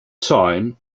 time